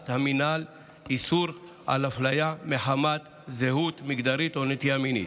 המינהל איסור אפליה מחמת זהות מגדרית או נטייה מינית.